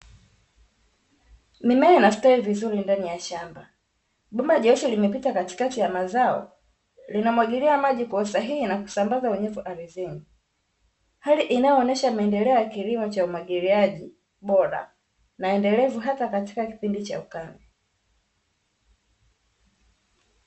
Mimea inastawi vizuri ndani ya shamba, bomba jeusi limepita katikati ya mazao linamwagilia maji kwa usahihi na kusambaza unyevu ardhini, hali inayoonyesha maendeleo ya kilimo cha umwagiliaji bora na endelevu hata katika kipindi cha ukame.